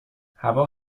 هوا